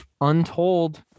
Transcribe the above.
Untold